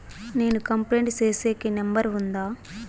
నేను కంప్లైంట్ సేసేకి నెంబర్ ఉందా?